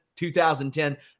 2010